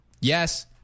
Yes